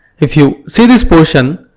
if you see this portion,